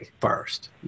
first